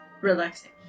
relaxing